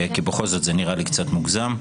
בכל זאת זה נראה לי קצת מוגזם.